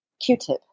Q-tip